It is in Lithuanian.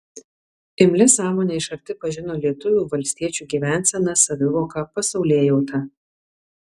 imlia sąmone iš arti pažino lietuvių valstiečių gyvenseną savivoką pasaulėjautą